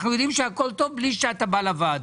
אנחנו יודעים שהכל טוב בלי שאתה בא לוועדה.